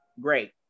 great